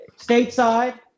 stateside